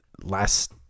last